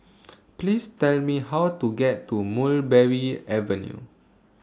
Please Tell Me How to get to Mulberry Avenue